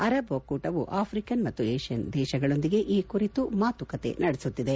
Arab ಒಕ್ಕೂಟವು African ಮತ್ತು Asian ದೇಶಗಳೊಂದಿಗೆ ಈ ಕುರಿತು ಮಾತುಕತೆ ನಡೆಸುತ್ತಿದೆ